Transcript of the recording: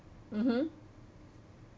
mmhmm